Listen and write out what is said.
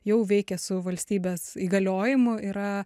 jau veikia su valstybės įgaliojimu yra